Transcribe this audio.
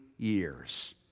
Years